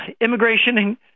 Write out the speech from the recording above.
immigration